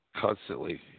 constantly